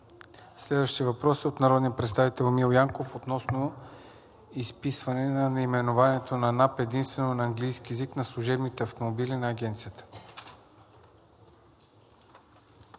Следващият въпрос е от народния представител Емил Янков относно изписване на наименованието на НАП единствено на английски език на служебните автомобили на Агенцията.